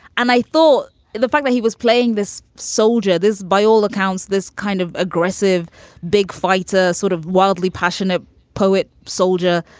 and i thought the fact that he was playing this soldier is, by all accounts, this kind of aggressive big fighter, sort of wildly passionate poet, soldier.